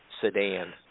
sedan